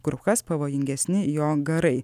kur kas pavojingesni jo garai